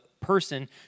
person